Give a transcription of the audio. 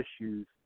issues